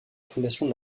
fondation